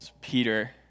Peter